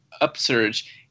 upsurge